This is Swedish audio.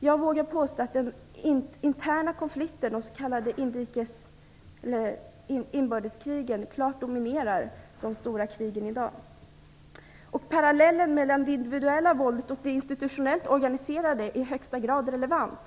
Jag vågar påstå att den interna konflikten, inbördeskrigen, är klart dominerande bland de stora krigen i dag. Parallellen mellan det individuella våldet och det institutionellt organiserade är i högsta grad relevant.